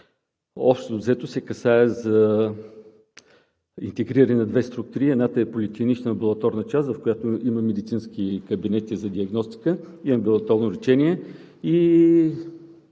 Общо взето, се касае за интегриране на две структури – поликлинична амбулаторна част, в която има медицински кабинети за диагностика, и амбулаторно лечение;